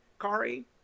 Kari –